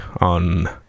on